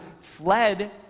fled